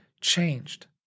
changed